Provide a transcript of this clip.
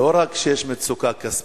לא רק שיש מצוקה כספית,